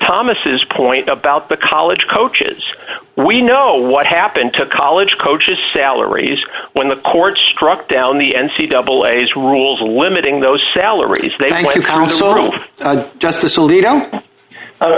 thomas point about the college coaches we know what happened to college coaches salaries when the court struck down the n c double a's rules limiting those salaries they